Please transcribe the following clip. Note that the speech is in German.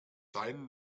sein